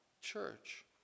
Church